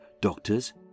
doctors